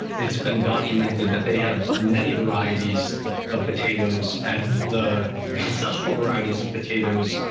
it's been documented that they have many varieties of potatoes and the ancestral varieties of potatoes,